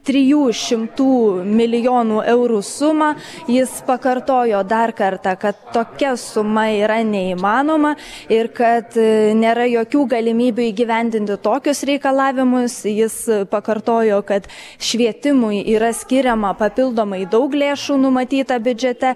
trijų šimtų milijonų eurų sumą jis pakartojo dar kartą kad tokia suma yra neįmanoma ir kad nėra jokių galimybių įgyvendinti tokius reikalavimus jis pakartojo kad švietimui yra skiriama papildomai daug lėšų numatyta biudžete